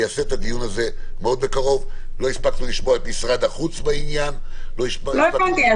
לא הספקנו לשמוע את משרד החוץ בעניין --- לא הבנתי,